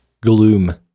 gloom